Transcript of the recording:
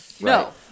no